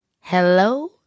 Hello